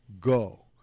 Go